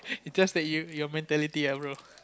is just that you your mentality ah bro